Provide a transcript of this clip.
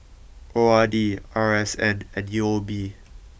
O R D R S N and U O B